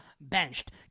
benched